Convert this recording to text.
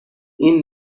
این